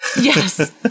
Yes